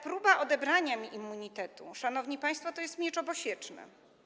Próba odebrania mi immunitetu, szanowni państwo, to jest miecz obosieczny.